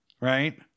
right